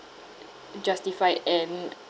justified and